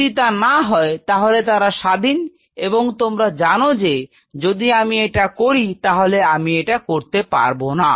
যদি তা না হয় তাহলে তারা স্বাধীন এবং তোমরা জানো যে যদি আমি এটা করি তাহলে আমি এটা করতে পারব না